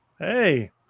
Hey